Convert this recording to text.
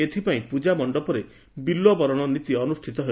ଏଥିପାଇଁ ପ୍ରଜା ମଣ୍ଡପରେ ବିଲ୍ୱବରଣ ନୀତି ଅନୁଷ୍ଚିତ ହେବ